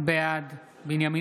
בעד בנימין